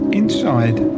inside